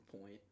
point